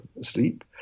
sleep